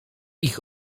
ich